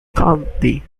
county